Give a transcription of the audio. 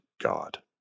God